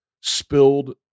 spilled